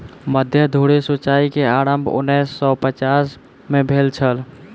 मध्य धुरी सिचाई के आरम्भ उन्नैस सौ पचास में भेल छल